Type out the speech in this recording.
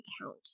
account